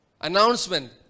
Announcement